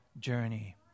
journey